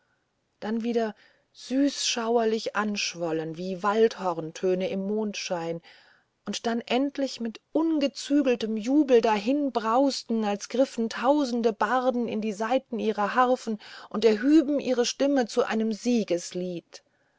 dann wieder süßschauerlich anschwollen wie waldhorntöne im mondschein und dann endlich mit ungezügeltem jubel dahinbrausten als griffen tausend barden in die saiten ihrer harfen und erhüben ihre stimmen zu einem